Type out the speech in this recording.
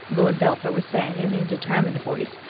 lord belpher was saying in a determined voice,